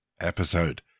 episode